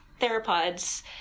theropods